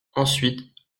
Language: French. ensuite